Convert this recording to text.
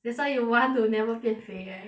that's why you want to never 变肥 right